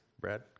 Brad